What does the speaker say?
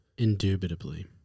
Indubitably